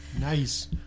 nice